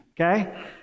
okay